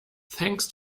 thanks